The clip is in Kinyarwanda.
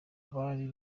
bari